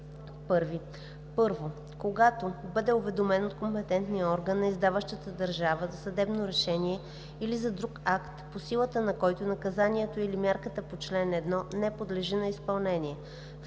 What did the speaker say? по чл. 1: 1. когато бъде уведомен от компетентния орган на издаващата държава за съдебно решение или за друг акт, по силата на който наказанието или мярката по чл. 1 не подлежи на изпълнение;